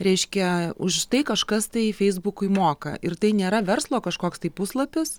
reiškia už tai kažkas tai feisbukui moka ir tai nėra verslo kažkoks tai puslapis